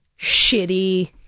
shitty